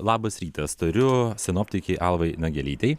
labas rytas tariu sinoptikei alvai nagelytei